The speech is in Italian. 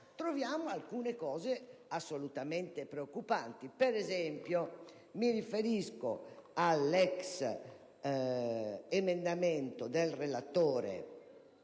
troviamo alcuni aspetti assolutamente preoccupanti. Per esempio, mi riferisco all'ex emendamento del relatore